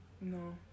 No